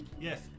Yes